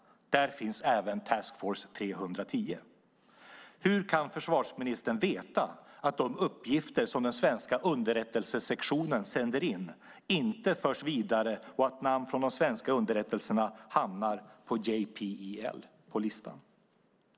Där finns även Task Force 3-10. Hur kan försvarsministern veta att de uppgifter som den svenska underrättelsesektionen sänder in inte förs vidare och att namn från de svenska underrättelserna inte hamnar på JPEL?